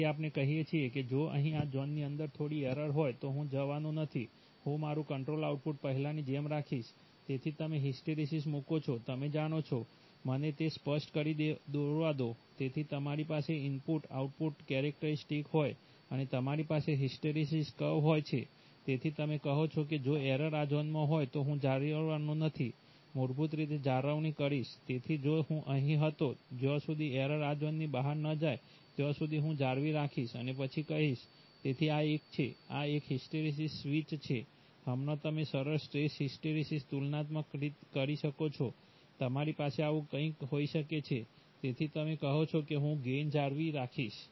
તેથી આપણે કહીએ છીએ કે જો અહીં આ ઝોનની અંદર થોડી એરર હોય તો હું જવાનો નથી હું મારું કંટ્રોલ આઉટપુટ પહેલાની જેમ રાખીશ તેથી તમે હિસ્ટેરિસિસ મૂકો છો તમે જાણો છો મને તે સ્પષ્ટ રીતે દોરવા દો જેથી તમારી પાસે ઇનપુટ આઉટપુટ કેરેક્ટરિસ્ટિક હોય અને તમારી પાસે હિસ્ટેરિસિસ કર્વ હોય છે તેથી તમે કહો છો કે જો એરર આ ઝોનમાં હોય તો હું જાળવવાનો છું મૂળભૂત રીતે જાળવણી કરીશ તેથી જો હું અહીં હતો જ્યાં સુધી એરર આ ઝોનની બહાર ન જાય ત્યાં સુધી હું જાળવી રાખીશ અને પછી કરીશ તેથી આ એક છે આ એક હિસ્ટેરિસીસ સ્વિચ છે હમણાં તમે સરળ સ્ટ્રેસ હિસ્ટેરિસિસ તુલનાત્મક કરી શકો છો તમારી પાસે આવું પણ કંઈક હોઈ શકે છે તેથી તમે કહો છો કે હું ગેઇન જાળવી રાખીશ